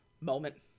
moment